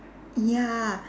ya